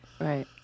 Right